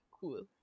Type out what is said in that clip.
Cool